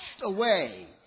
away